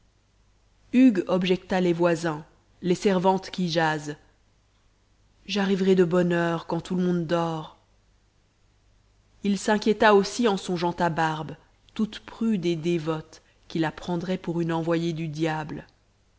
hugues objecta les voisins les servantes qui jasent j'arriverai de bonne heure quand tout le monde dort il s'inquiéta aussi en songeant à barbe toute prude et dévote qui la prendrait pour une envoyée du diable